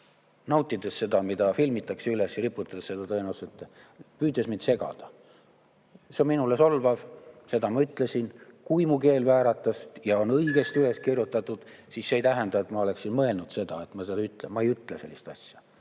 nautides seda, mida filmitakse ja üles riputatakse tõenäoliselt. Ta püüdis mind segada. See on minule solvav, seda ma ütlesin. Kui mu keel vääratas ja mu sõnad on õigesti üles kirjutatud, siis see ei tähenda, et ma oleksin seda mõelnud. Ma ei ütle sellist asja.